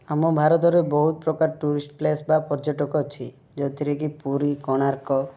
ଆମ ଭାରତରେ ବହୁତ ପ୍ରକାର ଟୁରିଷ୍ଟ୍ ପ୍ଲେସ୍ ବା ପର୍ଯ୍ୟଟକ ଅଛି ଯେଉଁଥିରେ କି ପୁରୀ କୋଣାର୍କ